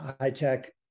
high-tech